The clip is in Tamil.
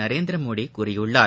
நரேந்திரமோடி கூறியுள்ளார்